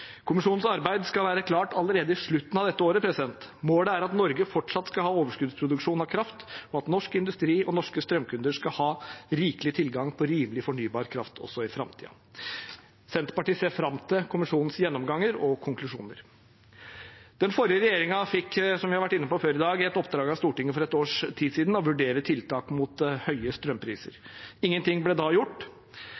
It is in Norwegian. Kommisjonens arbeid skal være klart allerede i slutten av dette året. Målet er at Norge fortsatt skal ha overskuddsproduksjon av kraft, og at norsk industri og norske strømkunder skal ha rikelig tilgang på rimelig fornybar kraft også i framtiden. Senterpartiet ser fram til kommisjonens gjennomganger og konklusjoner. Den forrige regjeringen fikk, som vi har vært inne på før i dag, et oppdrag av Stortinget for et års tid siden om å vurdere tiltak mot høye strømpriser.